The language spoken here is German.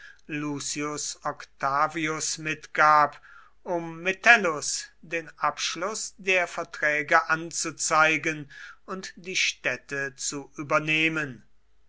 lucius octavius mitgab um metellus den abschluß der verträge anzuzeigen und die städte zu übernehmen